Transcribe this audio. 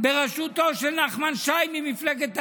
בראשותו של נחמן שי ממפלגת העבודה,